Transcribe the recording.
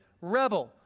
rebel